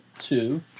Two